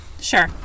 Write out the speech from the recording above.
Sure